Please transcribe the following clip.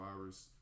virus